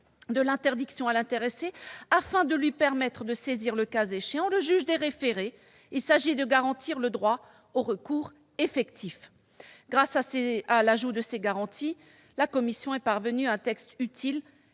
de l'interdiction à l'intéressé, afin de lui permettre de saisir, le cas échéant, le juge des référés. Il s'agit de garantir un droit au recours effectif. Grâce à ces apports, la commission des lois est parvenue à un texte utile,